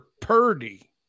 Purdy